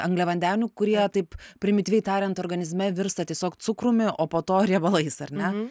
angliavandenių kurie taip primityviai tariant organizme virsta tiesiog cukrumi o po to riebalais ar ne